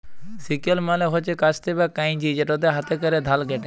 sickle মালে হছে কাস্তে বা কাঁইচি যেটতে হাতে ক্যরে ধাল ক্যাটে